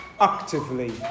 actively